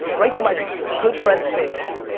right to my good friend's face.